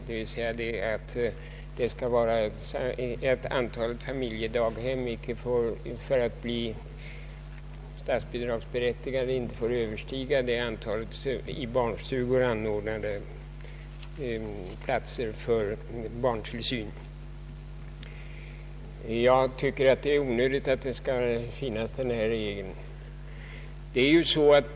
Denna innebär ju att för att familjedaghemmen skall bli statsbidragsberättigade får inte antalet platser där överstiga antalet i barnstugor anordnade platser för barntillsyn. Jag tycker att balansregeln är onödig.